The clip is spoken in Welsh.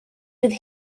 bydd